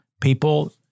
people